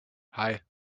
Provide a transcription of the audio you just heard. hei